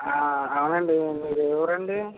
అవునండి మీరు ఏ ఊరు అండి